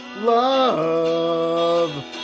love